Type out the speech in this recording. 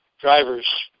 driver's